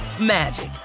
magic